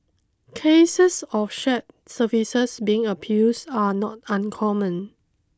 cases of shared services being abused are not uncommon